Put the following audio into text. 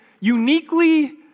uniquely